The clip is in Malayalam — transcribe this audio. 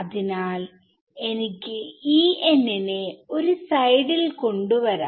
അതിനാൽ എനിക്ക് നെ ഒരു സൈഡിൽ കൊണ്ട് വരാം